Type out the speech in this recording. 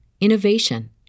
innovation